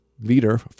leader